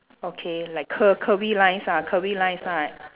okay like cur~ curvy lines ah curvy lines ah